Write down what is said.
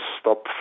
stop